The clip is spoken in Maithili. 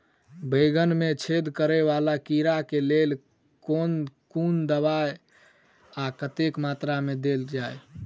बैंगन मे छेद कराए वला कीड़ा केँ लेल केँ कुन दवाई आ कतेक मात्रा मे देल जाए?